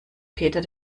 peter